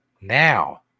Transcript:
Now